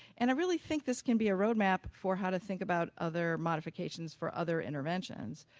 and i really think this can be a road map for how to think about other modifications for other interventions.